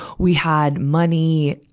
we had money.